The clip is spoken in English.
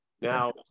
now